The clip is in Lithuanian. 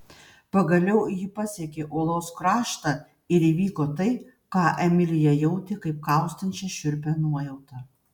pagaliau ji pasiekė uolos kraštą ir įvyko tai ką emilija jautė kaip kaustančią šiurpią nuojautą